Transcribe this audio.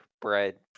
bread